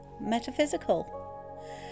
metaphysical